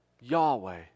Yahweh